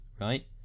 right